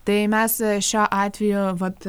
tai mes šiuo atveju vat